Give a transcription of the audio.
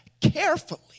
carefully